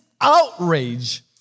outrage